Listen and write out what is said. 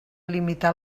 limitar